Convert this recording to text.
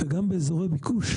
וגם באזורי ביקוש.